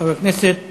חבר הכנסת